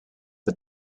but